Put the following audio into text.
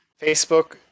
Facebook